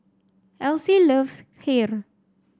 Else loves Kheer